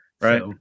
right